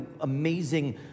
amazing